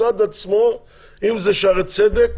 אם זה שערי צדק,